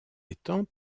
étangs